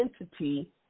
entity